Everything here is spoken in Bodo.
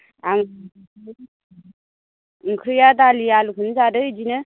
आं ओंख्रिया दालि आलुखोनो जादो इदिनो